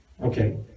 Okay